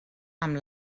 amb